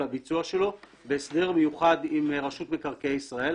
לביצוע שלו בהסדר מיוחד עם רשות מקרקעי ישראל.